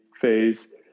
phase